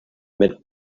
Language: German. mit